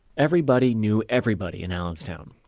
everybody knew everybody in allenstown.